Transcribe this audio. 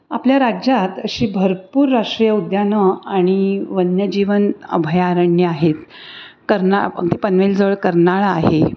आपल्या राज्यात अशी भरपूर राष्ट्रीय उद्यानं आणि वन्यजीवन अभयारण्य आहेत कर्ना ते पनवेलजवळ कर्नाळा आहे